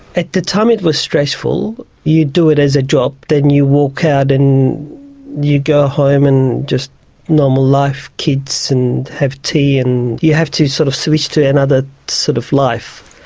at the time it was stressful. you do it as a job, then you walk out and you go home and just normal life, kids, and have tea, and you have to sort of switch to another sort of life.